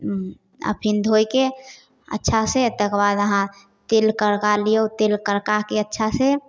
फेर धोइके अच्छासँ आओर ताहिकेबाद अहाँ तेल कड़का लिऔ तेल कड़काके अच्छासँ